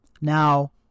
Now